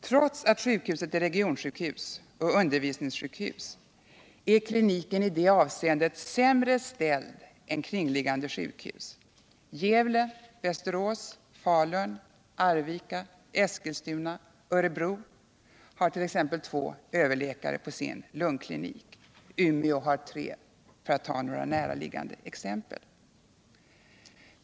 Trots att sjukhuset är regionsjukhus och undervisningssjukhus är kliniken i det avseendet sämre ställd än kringliggande sjukhus. Gävle, Västerås, Falun, Arvika, Eskilstuna och Örebro hart.ex. två överläkare vid sina lungkliniker, och Umeå har tre, för att ta några näraliggande exempel.